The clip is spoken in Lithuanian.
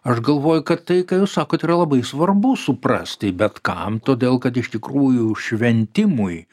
aš galvoju kad tai ką jūs sakot yra labai svarbu suprasti bet kam todėl kad iš tikrųjų šventimui